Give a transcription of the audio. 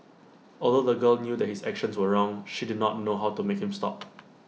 although the girl knew that his actions were wrong she did not know how to make him stop